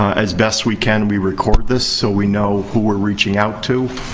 as best we can, we record this so we know who we're reaching out to.